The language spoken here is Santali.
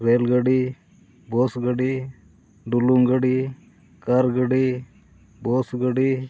ᱨᱮᱹᱞ ᱜᱟᱹᱰᱤ ᱵᱟᱥ ᱜᱟᱹᱰᱤ ᱰᱩᱞᱩᱝ ᱜᱟᱹᱰᱤ ᱠᱟᱨ ᱜᱟᱹᱰᱤ ᱵᱟᱥ ᱜᱟᱹᱰᱤ